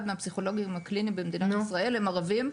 מהפסיכולוגים הקליניים במדינת ישראל הם ערבים,